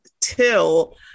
Till